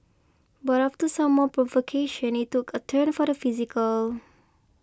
but after some more provocation it took a turn for the physical